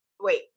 Wait